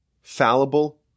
fallible